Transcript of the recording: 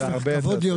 להיפך, זה כבוד להיות